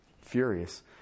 furious